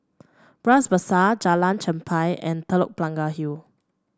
Bras Basah Jalan Chempah and Telok Blangah Hill